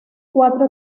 cuatro